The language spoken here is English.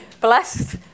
blessed